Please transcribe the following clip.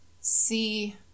see